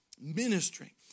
Ministry